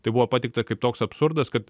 tai buvo pateikta kaip toks absurdas kad